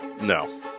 No